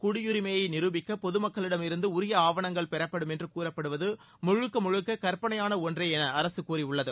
குடியுரிமையை நிருபிக்க பொதுமக்களிடம் இருந்து உரிய ஆவணங்கள் பெறப்படும் என்று கூறப்படுவது முழுக்க முழுக்க கற்பனையான ஒன்ற என்று அரசு கூறியுள்ளது